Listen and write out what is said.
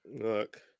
Look